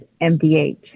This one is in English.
MDH